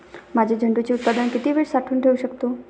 माझे झेंडूचे उत्पादन किती वेळ साठवून ठेवू शकतो?